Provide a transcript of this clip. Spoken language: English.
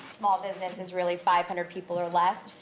small business is really five hundred people or less.